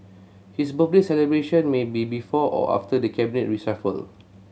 his birthday celebration may be before or after the Cabinet reshuffle